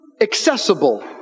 accessible